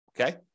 Okay